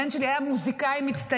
הבן שלי היה מוזיקאי מצטיין,